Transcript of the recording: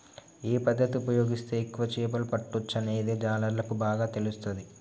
ఏ పద్దతి ఉపయోగిస్తే ఎక్కువ చేపలు పట్టొచ్చనేది జాలర్లకు బాగా తెలుస్తది